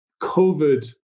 COVID